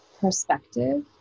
perspective